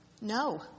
No